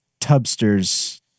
tubsters